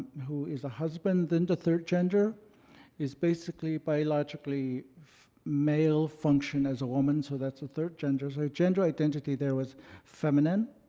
who is a husband. then the third gender is basically biologically male function as a woman, so that's a third gender. so gender identity there was feminine.